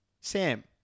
Sam